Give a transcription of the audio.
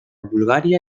bulgaria